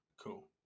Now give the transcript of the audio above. Cool